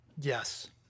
Yes